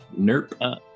Nerp